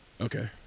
Okay